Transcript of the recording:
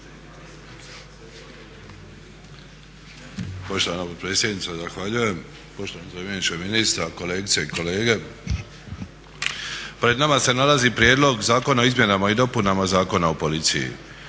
Poštovana potpredsjednice zahvaljujem. Poštovani zamjeniče ministra, kolegice i kolege. Pred nama se nalazi Prijedlog zakona o izmjenama i dopunama Zakona o policiji.